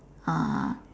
uh